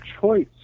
choice